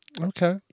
Okay